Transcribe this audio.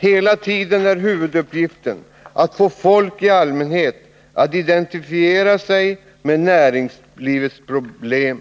Hela tiden är huvuduppgiften att få folk i allmänhet att identifiera sig med näringslivets problem.